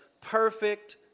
perfect